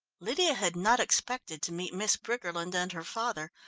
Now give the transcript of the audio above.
lydia had not expected to meet miss briggerland and her father,